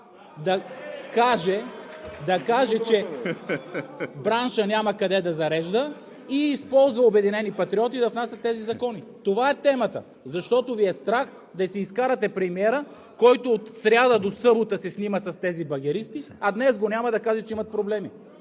от ОП) че браншът няма къде да зарежда и използва „Обединени патриоти“ да внасят тези закони. Това е темата, защото Ви е страх да си изкарате премиера, който от сряда до събота се снима с тези багеристи, а днес го няма да каже, че имат проблеми.